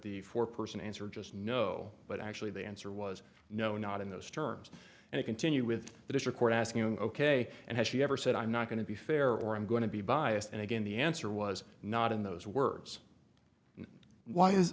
the foreperson answer just no but actually the answer was no not in those terms and you continue with that is your court asking ok and has she ever said i'm not going to be fair or i'm going to be biased and again the answer was not in those words why is